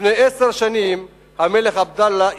לפני עשר שנים המלך עבדאללה,